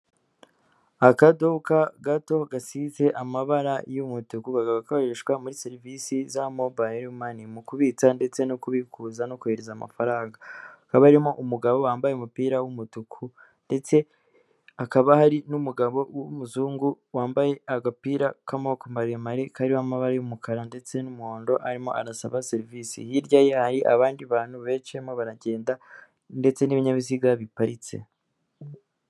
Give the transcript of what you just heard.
Akaduka gato gasize amabara y'umutuku kakaba gakoreshwa muri serivisi za mobayile mani, mu kubitsa, ndetse no kubikuza, no kohereza amafaranga, hakaba harimo umugabo wambaye umupira w'umutuku, ndetse hakaba hari n'umugabo w'umuzungu wambaye agapira k'amaboko maremare, kariho amabara y'umukara ndetse n'umuhondo, arimo arasaba serivisi, hirya ye hari abandi bantu benshi barimo baragenda, ndetse n'ibinyabiziga biparitse.